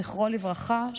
זכרו לברכה,